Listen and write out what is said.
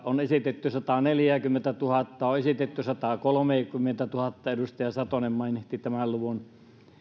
on esitetty sataaneljääkymmentätuhatta on esitetty sataakolmeakymmentätuhatta edustaja satonen mainitsi tämän luvun